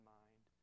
mind